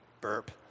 Burp